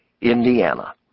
Indiana